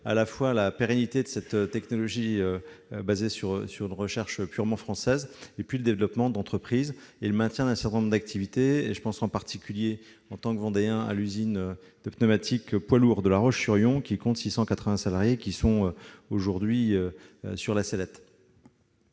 la fois la pérennité de cette technologie issue d'une recherche exclusivement française, le développement d'entreprises et le maintien d'un certain nombre d'activités. Je pense en particulier, en tant que Vendéen, à l'usine de pneumatiques pour poids lourds de La Roche-sur-Yon, dont les 680 salariés sont aujourd'hui sur la sellette.